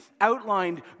outlined